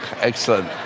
Excellent